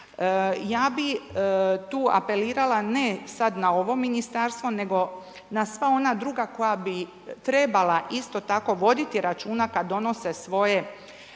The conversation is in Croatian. Ja bi tu apelirala ne sad na ovo ministarstvo nego na sva ona druga koja bi trebala isto tako vidjeti računa kad donose svoje